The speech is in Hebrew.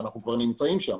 ואנחנו כבר נמצאים שם,